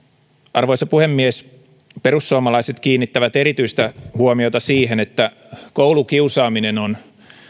arvoisa puhemies perussuomalaiset kiinnittävät erityistä huomiota siihen että koulukiusaaminen on